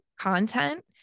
content